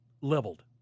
leveled